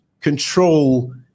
control